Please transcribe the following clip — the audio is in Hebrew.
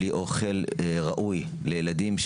בלי אוכל ראוי לילדים,